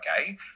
okay